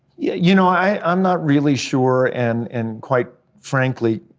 yeah you know, i'm not really sure, and and quite frankly,